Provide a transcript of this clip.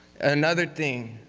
another thing,